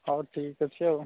ହଉ ଠିକ୍ ଅଛି ଆଉ